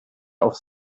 auf